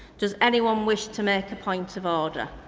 does anyone wish to make a point of order?